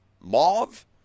Mauve